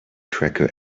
tracker